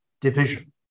division